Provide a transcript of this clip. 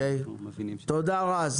תודה, רז.